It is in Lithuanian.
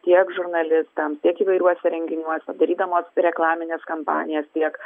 tiek žurnalistams tiek įvairiuose renginiuose darydamos reklamines kampanijas tiek